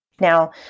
Now